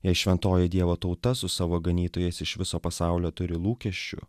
jei šventoji dievo tauta su savo ganytojais iš viso pasaulio turi lūkesčių